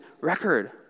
record